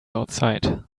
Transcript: outside